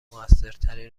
موثرتری